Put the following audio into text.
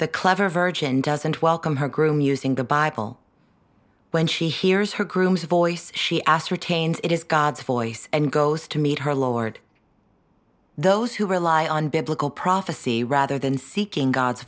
the clever virgin doesn't welcome her groom using the bible when she hears her groom's voice she ascertains it is god's voice and goes to meet her lord those who rely on biblical prophecy rather than seeking god's